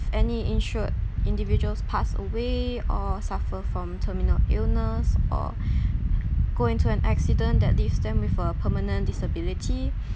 any insured individuals pass away or suffer from terminal illness or go into an accident that leaves them with a permanent disability